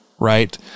Right